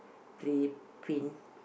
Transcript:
three thin